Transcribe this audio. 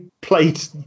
played